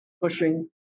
pushing